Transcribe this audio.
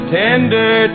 tender